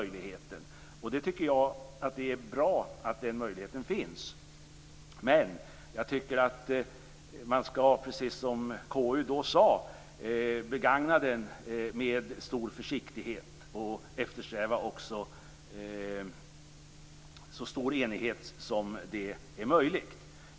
Jag tycker att det är bra att den möjligheten finns, men jag tycker att man, precis som KU då sade, skall begagna den med stor försiktighet och också eftersträva så stor enighet som möjligt.